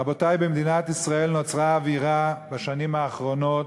רבותי, במדינת ישראל נוצרה אווירה בשנים האחרונות